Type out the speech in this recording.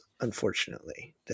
unfortunately